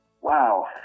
wow